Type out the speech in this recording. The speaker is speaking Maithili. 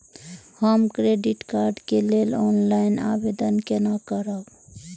हम क्रेडिट कार्ड के लेल ऑनलाइन आवेदन केना करब?